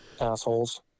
Assholes